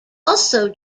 also